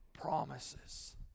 promises